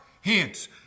hence